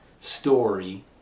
story